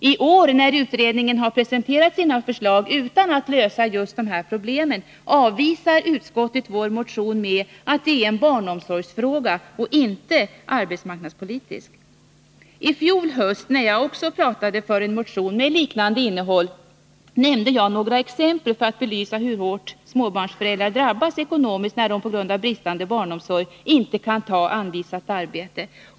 I år, när utredningen har presenterat sina förslag utan att lösa just dessa problem, avvisar utskottet vår motion med att det är en barnomsorgsfråga och inte en arbetsmarknadspolitisk fråga. I fjol höst, när jag också talade för en motion med liknande innehåll, nämnde jag några exempel för att belysa hur hårt småbarnsföräldrar drabbas ekonomiskt, när de på grund av bristande barnomsorg inte kan ta anvisat arbete.